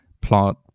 plot